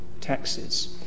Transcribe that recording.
taxes